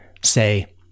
say